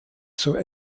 zur